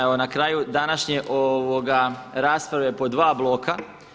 Evo na kraju današnje rasprave po dva bloka.